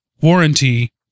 warranty